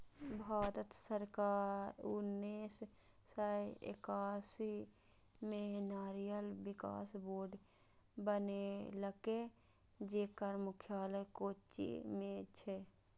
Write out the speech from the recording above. भारत सरकार उन्नेस सय एकासी मे नारियल विकास बोर्ड बनेलकै, जेकर मुख्यालय कोच्चि मे छै